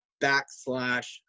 backslash